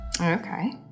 Okay